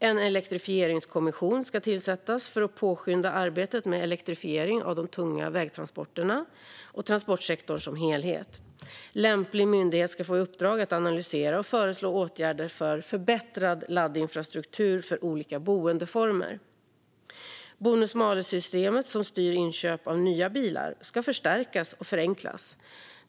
En elektrifieringskommission ska tillsättas för att påskynda arbetet med elektrifiering av de tunga vägtransporterna och transportsektorn som helhet. Lämplig myndighet ska få i uppdrag att analysera och föreslå åtgärder för förbättrad laddinfrastruktur för olika boendeformer. Bonus-malus-systemet, som styr inköp av nya bilar, ska förstärkas och förenklas.